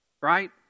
Right